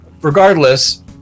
regardless